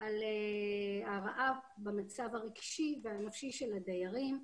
על הרעה במצב הרגשי והנפשי של הדיירים.